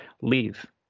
leave